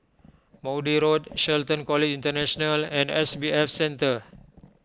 Maude Road Shelton College International and S B S Center